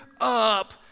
up